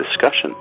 discussion